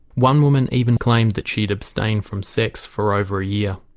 one woman even claimed that she'd abstained from sex for over a year.